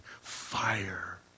fire